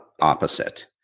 opposite